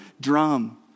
drum